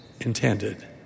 intended